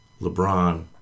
LeBron